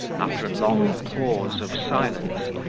after a long pause of silence,